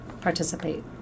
participate